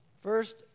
First